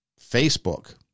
Facebook